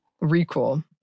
Recall